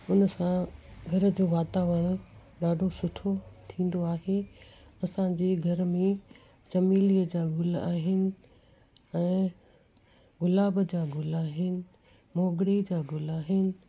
उनसां घर जो वातावरणु ॾाढो सुठो थींदो आहे असांजे घर में चमेलीअ जा गुल आहिनि ऐं गुलाब जा गुल आहिनि मोगिरे जा गुल आहिनि